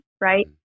right